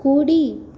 కూడి